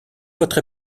votre